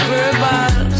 Verbal